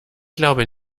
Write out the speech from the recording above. glaube